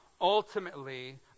ultimately